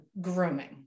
grooming